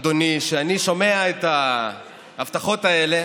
אדוני, שאני שומע את ההבטחות האלה